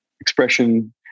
expression